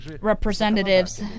representatives